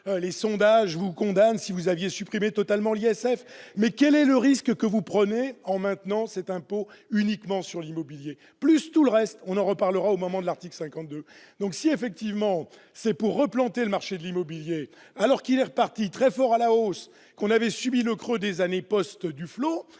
les sondages ne vous condamnent si vous aviez supprimé totalement l'ISF ? Eh oui ! Mais quel est le risque que vous prenez en maintenant cet impôt uniquement sur l'immobilier, plus tout le reste, dont nous parlerons au moment de l'examen de l'article 52 ? Si, effectivement, c'est pour replanter le marché de l'immobilier, alors qu'il est reparti très fort à la hausse après le creux des années post-Duflot,